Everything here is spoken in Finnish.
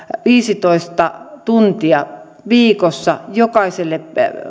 viisitoista tuntia viikossa jokaiselle